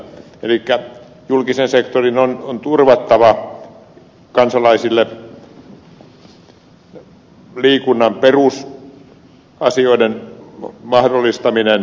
elikkä julkisen sektorin on turvattava kansalaisille liikunnan perusasioiden mahdollistaminen